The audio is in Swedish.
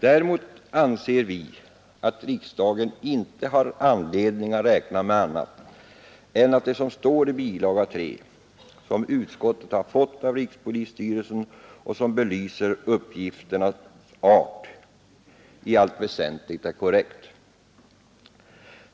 Däremot anser vi att riksdagen inte har anledning att räkna med annat än att det som står i bilaga 3 — som utskottet har fått av rikspolisstyrelsen och som belyser uppgifternas art — i allt väsentligt är korrekt.